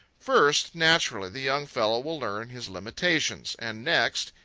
first, naturally, the young fellow will learn his limitations and next,